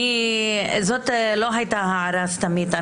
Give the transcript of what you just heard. זאת לא הייתה הערה סתמית.